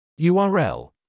url